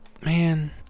man